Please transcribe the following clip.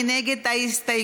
מי נגד ההסתייגות?